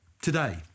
today